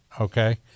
Okay